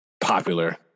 popular